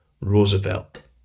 Roosevelt